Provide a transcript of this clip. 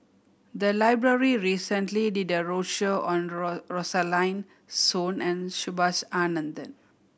the library recently did a roadshow on Rosaline Soon and Subhas Anandan